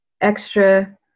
extra